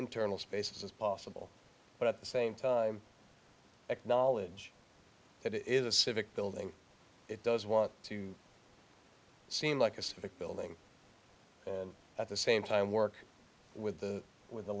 internal spaces as possible but at the same time acknowledge that it is a civic building it does want to seem like a civic building and at the same time work with the with the